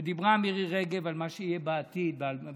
דיברה מירי רגב על מה שיהיה בעתיד, ב-2050,